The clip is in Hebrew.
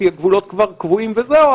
כי הגבולות כבר קבועים וזהו,